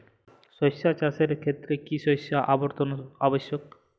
সরিষা চাষের ক্ষেত্রে কি শস্য আবর্তন আবশ্যক?